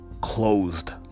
closed